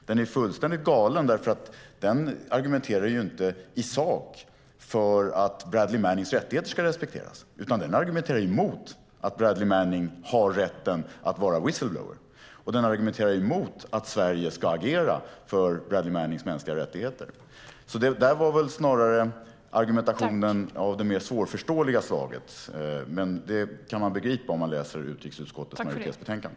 Den är fullständigt galen, eftersom det inte är en argumentation i sak för att Bradley Mannings rättigheter ska respekteras, utan det är en argumentation emot att Bradley Manning har rätten att vara whistleblower och att Sverige ska agera för Bradley Mannings mänskliga rättigheter. Där var väl argumentationen av det mer svårförståeliga slaget, men det kan man begripa om man läser utrikesutskottets majoritetsbetänkande.